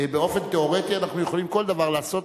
באופן תיאורטי אנחנו יכולים כל דבר לעשות,